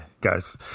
guys